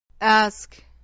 Ask